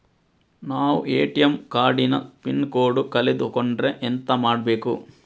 ನಾವು ATM card ನ pin code ಕಳೆದು ಕೊಂಡ್ರೆ ಎಂತ ಮಾಡ್ಬೇಕು?